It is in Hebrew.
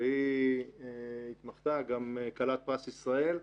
היא התמחתה, היא גם כלת פרס ישראל,